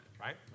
right